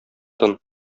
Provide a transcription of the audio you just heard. тын